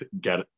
get